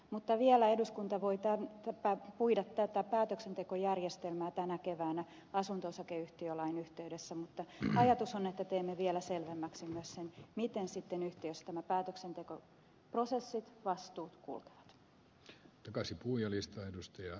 mutta vielä voi eduskunta puida tätä päätöksentekojärjestelmää tänä keväänä asunto osakeyhtiölain yhteydessä mutta ajatus on että teemme vielä selvemmäksi myös sen miten sitten yhtiöissä nämä päätöksentekoprosessit vastuut kulkevat